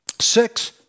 Six